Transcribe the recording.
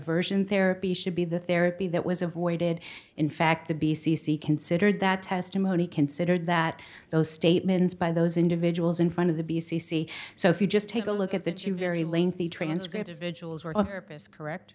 aversion therapy should be the therapy that was avoided in fact the b c c considered that testimony considered that those statements by those individuals in front of the b c c so if you just take a look at that you very lengthy transcripts vigils